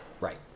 Right